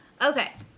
Okay